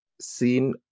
seen